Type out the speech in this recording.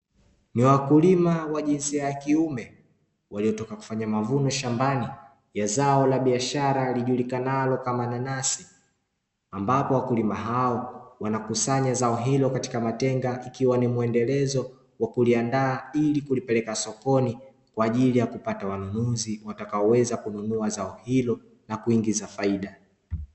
Ni wakulima wa jinsia ya kiume waliotoka kufanya mavuno shambani ya zao la biashara lilijulikanalo kama nanasi, ambapo wakulima hao wanakusanya zao hilo katika matenga ikiwa ni mwendelezo wa kuliandaa ili kulipeleka sokoni kwa ajili ya kupata wanunuzi watakaoweza kununua zao hilo na kuingiza faida.